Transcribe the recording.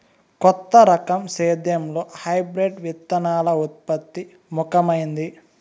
కొత్త రకం సేద్యంలో హైబ్రిడ్ విత్తనాల ఉత్పత్తి ముఖమైంది